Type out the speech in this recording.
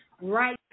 right